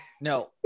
no